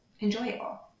enjoyable